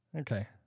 Okay